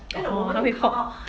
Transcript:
orh 它会 fog